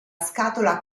scatola